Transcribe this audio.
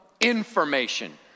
information